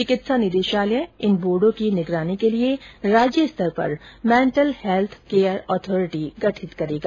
चिकित्सा निदेशालय इन बोर्डो की निगरानी के लिये राज्य स्तर पर मेंटल हैल्थ केयर अथोरिटी गठित करेगा